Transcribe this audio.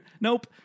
Nope